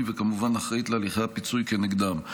וכמובן אחראית להליכי הפיצוי כנגדם.